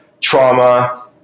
trauma